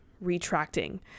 retracting